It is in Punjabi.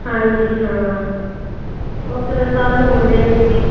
ਹਾਂਜੀ ਹਾਂ ਉੱਥੇ ਫਿਰ ਸਾਧਨ ਹੁੰਦੇ ਨਹੀਂ ਹੈਗੇ